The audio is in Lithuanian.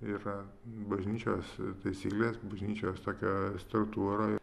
yra bažnyčios taisyklės bažnyčios tokia struktūra